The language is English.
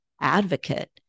advocate